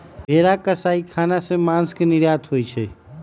भेरा कसाई ख़ना से मास के निर्यात होइ छइ